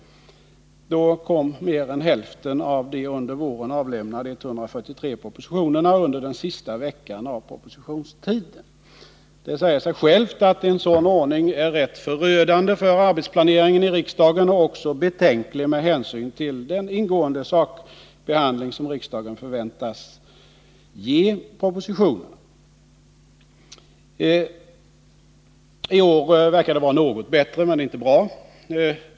Då kom mer än hälften av de under våren avlämnade 143 propositionerna under den sista veckan av propositionstiden. Det säger sig självt att en sådan ordning är rätt förödande för arbetsplaneringen i riksdagen och även betänklig med hänsyn till den ingående sakbehandling som riksdagen förväntas ge propositionerna. I år verkar det vara något bättre, men inte bra.